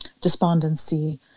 despondency